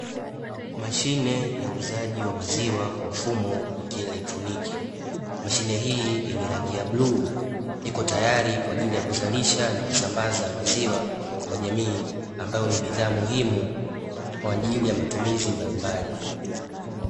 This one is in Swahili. Mashine ya uuzaji wa maziwa kwa mfumo wa kielektroniki. Mashine hii yenye rangi ya bluu ipo tayari kwa ajili ya kusambaza maziwa kwa jamii, ambayo ni bidhaa muhimu kwa ajili ya matumizi mbalimbali.